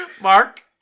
Mark